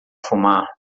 fumar